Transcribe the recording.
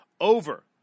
over